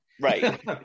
right